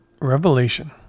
Revelation